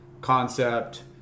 concept